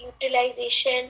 utilization